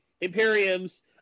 Imperium's